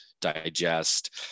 digest